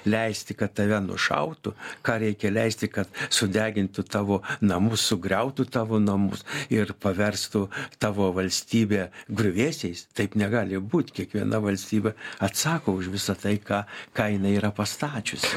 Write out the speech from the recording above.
leisti kad tave nušautų ką reikia leisti kad sudegintų tavo namus sugriautų tavo namus ir paverstų tavo valstybę griuvėsiais taip negali būt kiekviena valstybė atsako už visa tai ką ką jinai yra pastačiusi